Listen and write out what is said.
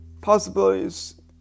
possibilities